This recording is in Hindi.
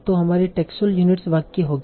तो हमारी टेक्सुअल यूनिट्स वाक्य होंगी